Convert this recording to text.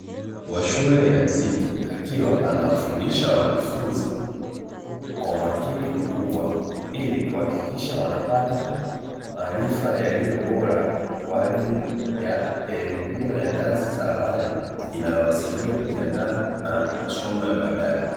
Mkuu wa shule ya msingi akiwa anawafundisha wanafunzi kwa umakini mkubwa, ili kuhakikisha wanapata maarifa yaliyo bora kwa ajili ya elimu hiyo ya ngazi za awali inayowasaidia kujiandaa na masomo ya baadaye.